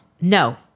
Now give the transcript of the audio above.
No